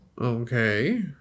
Okay